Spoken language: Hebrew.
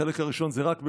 החלק הראשון זה רק בבנו,